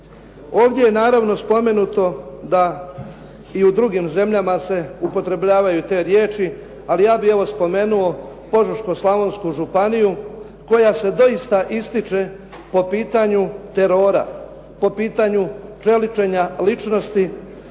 Ovdje je naravno spomenuto da i u drugim zemljama se upotrebljavaju te riječi ali ja bih evo spomenuo Požeško-slavonsku županiju koja se doista ističe po pitanju terora, po pitanju čeličenja ličnosti